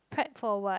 prep for what